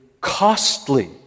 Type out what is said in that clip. costly